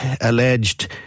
alleged